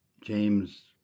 james